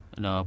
no